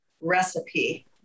recipe